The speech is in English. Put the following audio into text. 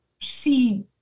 see